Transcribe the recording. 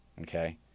Okay